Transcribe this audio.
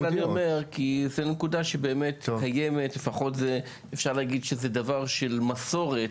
לכן אני אומר: זוהי נקודה שבאמת קיימת; אפשר להגיד שזה דבר של מסורת